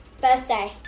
Birthday